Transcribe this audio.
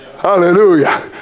Hallelujah